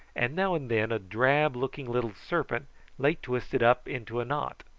and now and then a drab-looking little serpent lay twisted up into a knot.